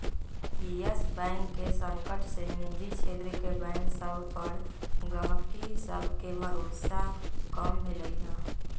इयस bank के संकट से निजी क्षेत्र के बैंक सभ पर गहकी सभके भरोसा कम भेलइ ह